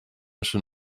schon